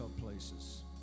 places